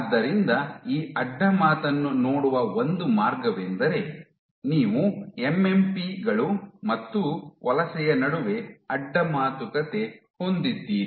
ಆದ್ದರಿಂದ ಈ ಅಡ್ಡ ಮಾತನ್ನು ನೋಡುವ ಒಂದು ಮಾರ್ಗವೆಂದರೆ ನೀವು ಎಂಎಂಪಿ ಗಳು ಮತ್ತು ವಲಸೆಯ ನಡುವೆ ಅಡ್ಡ ಮಾತುಕತೆ ಹೊಂದಿದ್ದೀರಿ